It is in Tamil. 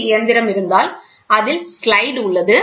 சி இயந்திரம் இருந்தால் அதில் ஸ்லைடு உள்ளது